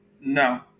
No